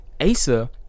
asa